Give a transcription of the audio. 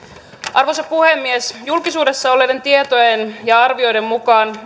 arvoisa puhemies julkisuudessa olevien tietojen ja arvioiden mukaan